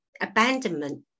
Abandonment